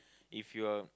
if you are